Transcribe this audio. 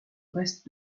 reste